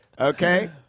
Okay